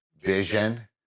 vision